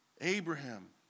Abraham